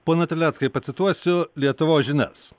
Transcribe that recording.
ponai terleckai pacituosiu lietuvos žinias